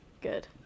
Good